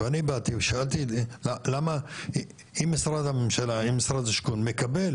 אני באתי ושאלתי: אם משרד השיכון מקבל